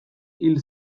hil